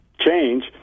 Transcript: change